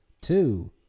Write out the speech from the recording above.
two